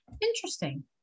Interesting